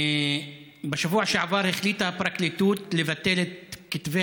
בשבוע שעבר החליטה הפרקליטות לבטל את כתבי